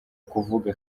kuvuga